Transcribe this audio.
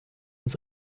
uns